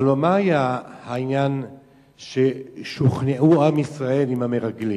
הלוא מה היה העניין ששוכנעו עם ישראל עם המרגלים?